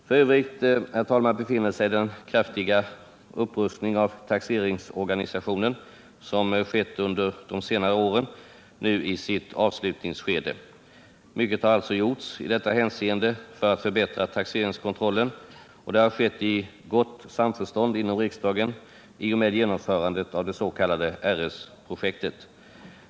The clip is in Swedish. F. ö., herr talman, befinner sig den kraftiga upprustning av taxeringsorganisationen som skett under senare år nu i sitt avslutningsskede. Mycket har alltså gjorts i detta hänseende för att förbättra taxeringskontrollen, och det har, i och med genomförandet av det s.k. RS-projektet, skett i gott samförstånd inom riksdagen.